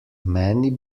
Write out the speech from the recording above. many